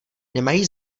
nemají